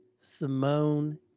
Simone